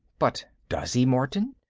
but does he, martin?